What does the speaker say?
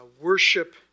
worship